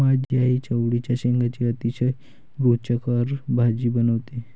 माझी आई चवळीच्या शेंगांची अतिशय रुचकर भाजी बनवते